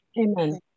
Amen